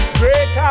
great